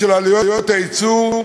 עלויות הייצור,